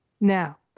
Now